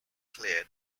claire